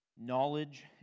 knowledge